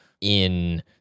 in-